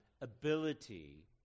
ability